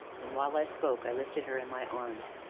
and, while i spoke, i lifted her in my arms.